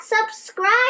subscribe